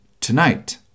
tonight